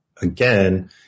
again